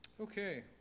Okay